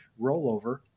rollover